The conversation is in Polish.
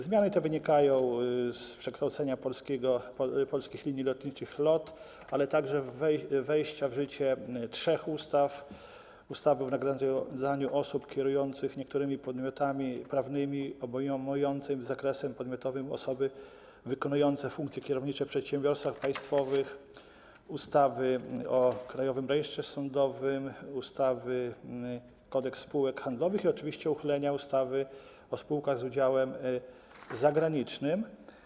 Zmiany te wynikają z przekształcenia Polskich Linii Lotniczych LOT, ale także wejścia w życie trzech ustaw: ustawy o wynagradzaniu osób kierujących niektórymi podmiotami prawnymi obejmującej zakresem podmiotowym osoby wykonujące funkcje kierownicze w przedsiębiorstwach państwowych; ustawy o Krajowym Rejestrze Sądowym; ustawy Kodeks spółek handlowych i oczywiście uchylenia ustawy o spółkach z udziałem zagranicznym.